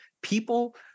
people